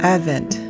Advent